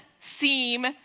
seem